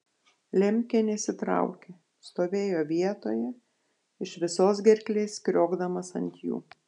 lemkė nesitraukė stovėjo vietoje iš visos gerklės kriokdamas ant jų